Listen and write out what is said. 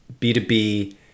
b2b